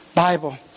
Bible